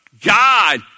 God